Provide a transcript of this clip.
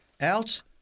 out